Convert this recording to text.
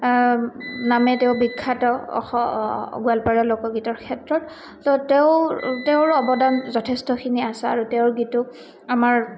নামে তেওঁ বিখ্যাত অ গোৱালপাৰীয়া লোকগীতৰ ক্ষেত্ৰত ত' তেওঁৰ তেওঁৰ অৱদান যথেষ্টখিনি আছে আৰু তেওঁৰ গীত আমাৰ